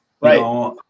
Right